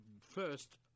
first